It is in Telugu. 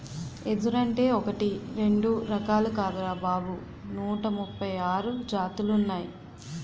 ఎదురంటే ఒకటీ రెండూ రకాలు కాదురా బాబూ నూట ముప్పై ఆరు జాతులున్నాయ్